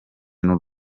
n’u